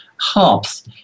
harps